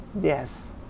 Yes